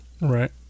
Right